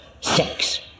sex